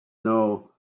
know